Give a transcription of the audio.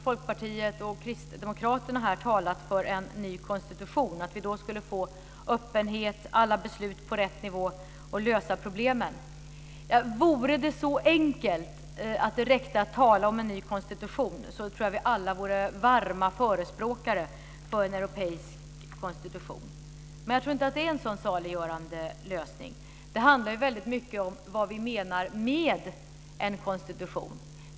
Folkpartiet och Kristdemokraterna talat för en ny konstitution, att vi då skulle få en öppenhet, få alla beslut på rätt nivå och lösa problemen. Om det vore så enkelt att det räckte med att tala om en ny konstitution tror jag att vi alla skulle vara varma förespråkare för en europeisk konstitution, men jag tror inte att det är en sådan saliggörande lösning. Det handlar ju väldigt mycket om vad vi menar med en konstitution.